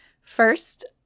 First